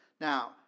Now